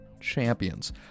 champions